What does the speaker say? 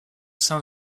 sein